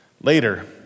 Later